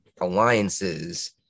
alliances